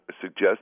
suggest